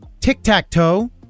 tic-tac-toe